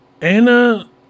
Anna